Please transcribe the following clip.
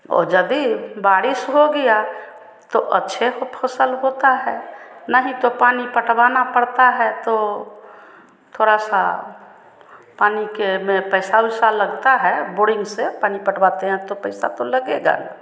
औ यदि बारिश हो गया तो अच्छे से फसल होता है नहीं तो पानी पटवाना पड़ता है तो थोड़ा सा पानी के में पैसा ऊसा लगता है बोरिंग से पानी पटवाते हैं तो पैसा तो लगेगा